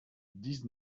dix